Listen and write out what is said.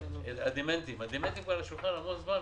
הדמנטיים על השולחן המון זמן.